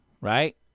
right